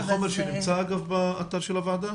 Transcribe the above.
זה חומר שנמצא באתר של הוועדה?